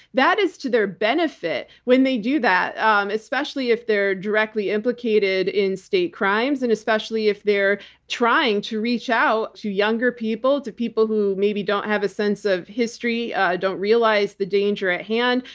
that is to their benefit when they do that, especially if they're directly implicated in state crimes and especially if they're trying to reach out to younger people, to people who maybe don't have a sense of history and don't realize the danger at hand.